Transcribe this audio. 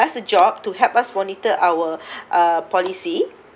does a job to help us monitor our uh policy